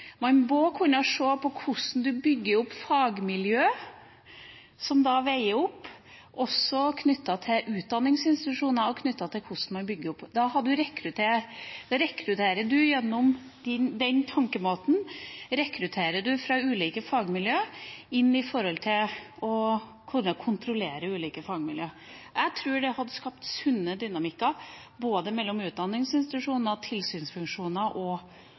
Man må kunne se på hvordan man bygger opp fagmiljøer som veier opp – også knyttet til utdanningsinstitusjoner og til hvordan man bygger det opp. Gjennom den tankemåten rekrutterer man fra ulike fagmiljøer, med tanke på å kunne kontrollere ulike fagmiljøer. Jeg tror det hadde skapt sunne dynamikker mellom utdanningsinstitusjoner, tilsynsfunksjoner og